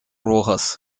rojas